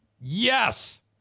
Yes